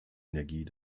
energie